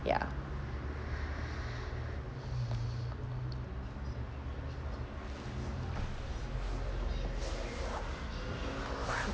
ya